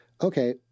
okay